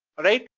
alright?